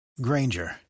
Granger